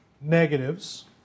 negatives